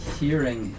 hearing